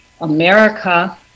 America